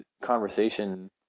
conversation